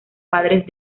padres